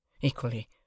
Equally